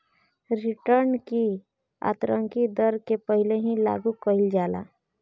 return की आतंरिक दर के पहिले ही लागू कईल जाला